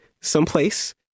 someplace